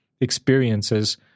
experiences